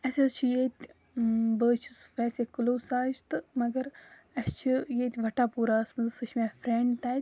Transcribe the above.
اسہِ حظ چھِ ییٚتہِ بہٕ حظ چھیٚس ویسے کلو ساج تہٕ مگر اسہِ چھِ ییٚتہِ وَٹہ پوٗراہَس مَنٛز سۄ چھِ مےٚ فرٛیٚنٛڈ تَتہِ